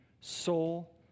soul